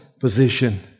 position